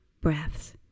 breaths